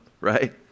right